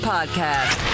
Podcast